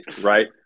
Right